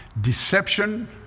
deception